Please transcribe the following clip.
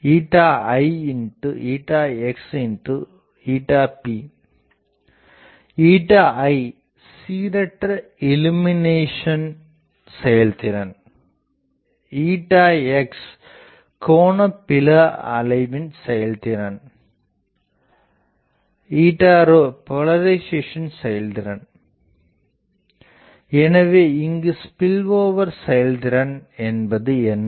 aixp iசீரற்ற illumination செயல்திறன் xகோண பிழை அளவின் செயல்திறன் pபோலரிசேசன் செயல்திறன் எனவே இங்கு ஸ்பில்ஓவர் செயல்திறன் என்பது என்ன